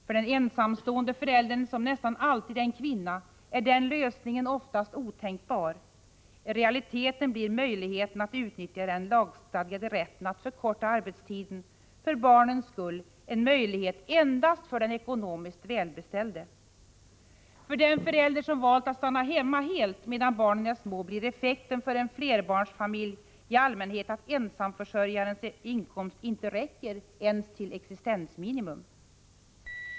För den ensamstående föräldern, som nästan alltid är en kvinna, är den lösningen oftast otänkbar. I realiteten blir möjligheten att utnyttja den lagstadgade rätten att förkorta arbetstiden för barnens skull en möjlighet endast för den ekonomiskt välbeställde. För den flerbarnsfamilj som valt att låta en förälder stanna hemma helt medan barnen är små blir effekten i allmänhet att ensamförsörjarens inkomst inte räcker ens till existensminimum.